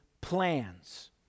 plans